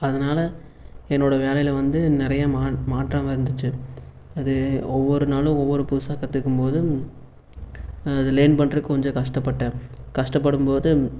அதுனால் என்னோடய வேலையில் வந்து நிறையா மன மாற்றம் வந்துச்சு அது ஒவ்வொரு நாளும் ஒவ்வொரு புதுசாக கத்துக்கும் போதும் அது லேர்ன் பண்ண கொஞ்சம் கஷ்டப்பட்டேன் கஷ்டப்படும் போது